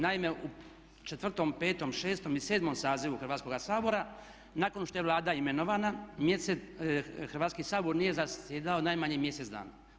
Naime u 4., 5., 6. i 7. sazivu Hrvatskoga sabora nakon što je Vlada imenovana Hrvatski sabor nije zasjedao najmanje mjesec dana.